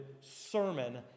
sermon